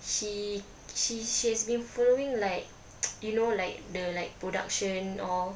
she she she has been following like you know like the like production all